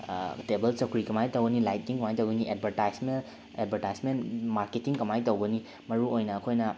table ꯆꯧꯀ꯭ꯔꯤ ꯀꯃꯥꯏꯅ ꯇꯧꯒꯅꯤ ꯂꯥꯏꯠꯇꯤꯡ ꯀꯃꯥꯏꯅ ꯇꯧꯒꯅꯤ ꯑꯦꯗꯕꯔꯇꯥꯏꯁꯃꯦꯟ ꯃꯥꯔꯀꯦꯇꯤꯡ ꯀꯃꯥꯏꯅ ꯇꯧꯒꯅꯤ ꯃꯔꯨ ꯑꯣꯏꯅ ꯑꯩꯈꯣꯏꯅ